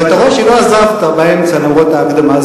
ואתה רואה שלא עזבת באמצע, למרות ההקדמה.